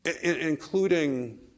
Including